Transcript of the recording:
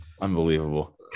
unbelievable